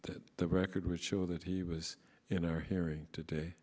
the record would show that he was in our hearing today